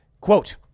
Quote